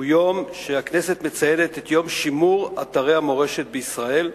שהוא יום שהכנסת מציינת בו את יום שימור אתרי המורשת בישראל.